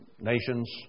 nations